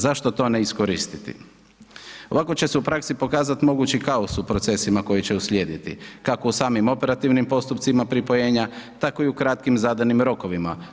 Zašto to ne iskoristiti, ovako će se u praksi pokazati mogući kaos u procesima koji će uslijediti, kako u samim operativnim postupcima pripojenja tako i u kratkim zadanim rokovima.